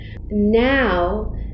Now